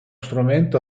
strumento